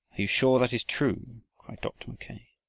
you sure that is true? cried dr. mackay.